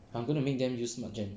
I'm gonna make them use Smartgen